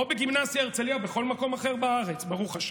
בגימנסיה הרצליה או בכל מקום אחר בארץ, ברוך השם.